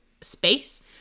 space